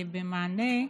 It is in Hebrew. מענה: